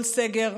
כל סגר,